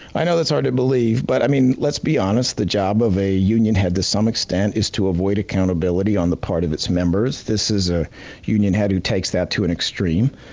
i know that's hard to believe, but i mean let's be honest, the job of a union head to some extent is to avoid accountability on the part of its members. this is a union head who takes that to an extreme.